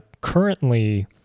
currently